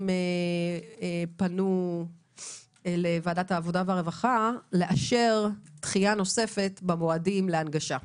פנו לוועדת העבודה והרווחה לאשר דחייה נוספת במועדים להנגשה.